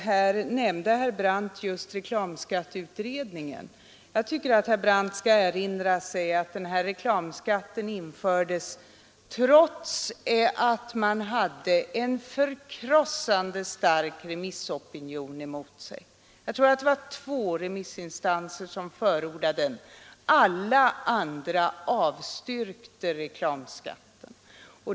Här nämnde herr Brandt just reklamskatteutredningen. Jag tycker att herr Brandt skall erinra sig, att reklamskatten infördes trots att man hade en förkrossande stark remissopinion emot sig. Jag tror att det var två remissinstanser, som förordade den. Alla andra avstyrkte.